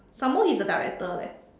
some more he's the director leh